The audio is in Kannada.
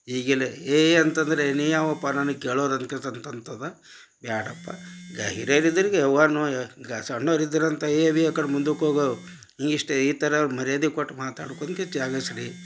ಈಗ ಎಲ್ಲ ಏಯ್ ಅಂತಂದರೆ ನೀ ಯಾರಪ್ಪ ನನಗೆ ಕೇಳೋರು ಅಂತ ಅಂತದ ಬೇಡ್ರಪ್ಪ ಗ ಹಿರಿಯರ ಎದುರ್ಗೆ ಗ ಸಣ್ಣವ್ರು ಇದ್ರೆ ಅಂಥ ಅಕಡ್ ಮುಂದುಕ್ಕೆ ಹೋಗೋ ಈ ಇಷ್ಟೇ ಈ ಥರ ಅವ್ರು ಮರ್ಯಾದೆ ಕೊಟ್ಟು ಮಾತಾಡ್ಕೊಂತ ರೀ